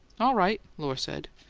all right, lohr said.